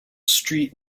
street